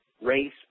race